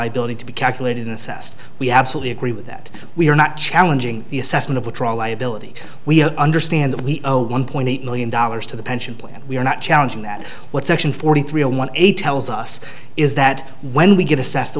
be calculated assessed we absolutely agree with that we are not challenging the assessment of withdrawal liability we understand that we owe one point eight million dollars to the pension plan we are not challenging that what section forty three zero one eight hells us is that when we get assessed the